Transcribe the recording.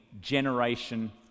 generation